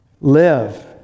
live